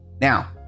Now